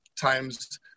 times